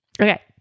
Okay